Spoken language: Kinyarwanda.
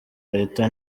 leta